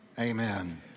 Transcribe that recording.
Amen